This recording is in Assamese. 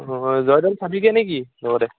অঁ জয়দৌল চাবিগৈ নেকি লগতে